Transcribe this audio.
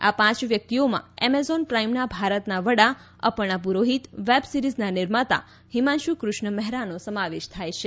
આ પાંચ વ્યક્તિઓમાં એમેઝોન પ્રાઈમના ભારતના વડા અપર્ણા પુરોહિત વેબ સિરીજના નિર્માતા હિમાંશુ કૃષ્ણ મેહરાનો સમાવેશ થાય છે